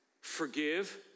Forgive